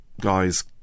guys